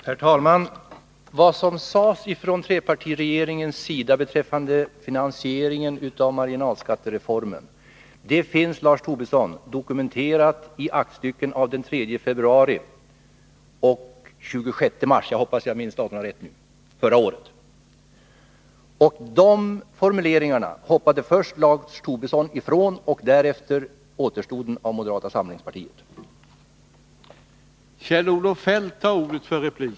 Herr talman! Vad som från trepartiregeringens sida sades beträffande finansieringen av marginalskattereformen finns dokumenterat, Lars Tobisson, i aktstycken av den 3 februari och den 26 mars — jag hoppas jag minns datumen rätt — förra året. De formuleringarna hoppade först Lars Tobisson och därefter återstoden av moderata samlingspartiet ifrån.